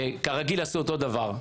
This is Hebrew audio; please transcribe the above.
אבל כרגיל עשו אותו דבר,